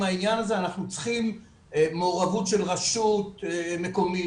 העניין הזה אנחנו צריכים מעורבות של רשות מקומית,